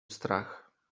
strach